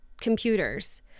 computers